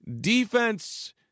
Defense